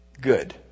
good